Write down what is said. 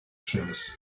service